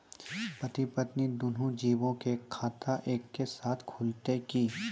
पति पत्नी दुनहु जीबो के खाता एक्के साथै खुलते की?